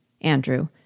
Andrew